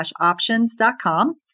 options.com